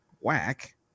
whack